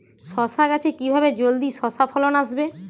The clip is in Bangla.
শশা গাছে কিভাবে জলদি শশা ফলন আসবে?